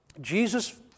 Jesus